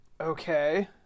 okay